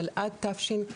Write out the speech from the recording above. אבל עד תשע"ט,